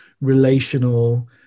relational